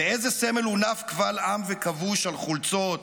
ואיזה סמל הונף קבל עם וכבוש על חולצות,